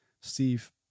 Steve